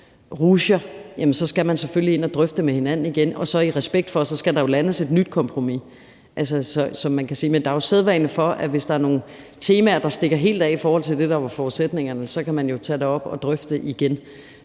rutsjer, skal man selvfølgelig ind og drøfte det med hinanden igen, og så skal det ske med respekt for, at der jo skal landes et nyt kompromis. Men der er jo sædvane for, at man, hvis der er nogle temaer, der stikker helt af i forhold til det, der var forudsætningerne, så kan tage det op og drøfte det